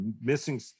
Missing